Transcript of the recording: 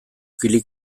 kili